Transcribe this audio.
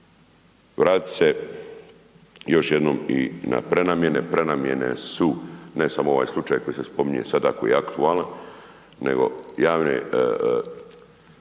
Vratiti ću se još jedno mi na prenamjene. Prenamjene su, ne samo ovaj slučaj koji se spominje sada koji je aktualan nego javne,